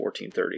1430